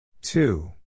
two